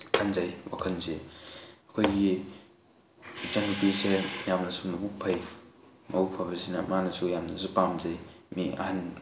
ꯈꯟꯖꯩ ꯋꯥꯈꯟꯁꯤ ꯑꯩꯈꯣꯏꯒꯤ ꯏꯆꯟꯅꯨꯄꯤꯁꯦ ꯌꯥꯝꯅꯁꯨ ꯃꯕꯨꯛ ꯐꯩ ꯃꯕꯨꯛ ꯐꯕꯁꯤꯅꯁꯨ ꯃꯥꯅꯁꯨ ꯌꯥꯝꯅꯁꯨ ꯄꯥꯝꯖꯩ ꯃꯤ ꯑꯍꯟ